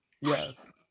Yes